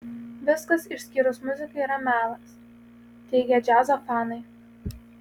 viskas išskyrus muziką yra melas teigia džiazo fanai